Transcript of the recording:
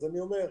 אני אומר,